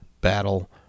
battle